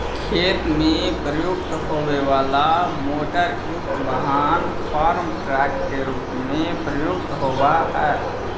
खेत में प्रयुक्त होवे वाला मोटरयुक्त वाहन फार्म ट्रक के रूप में प्रयुक्त होवऽ हई